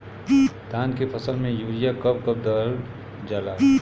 धान के फसल में यूरिया कब कब दहल जाला?